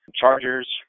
Chargers